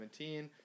2017